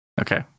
Okay